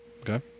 Okay